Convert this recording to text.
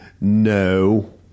No